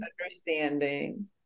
understanding